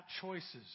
choices